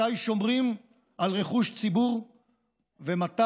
מתי שומרים על רכוש ציבור ומתי